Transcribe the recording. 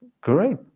great